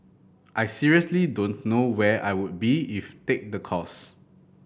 I seriously don't know where I would be if take the course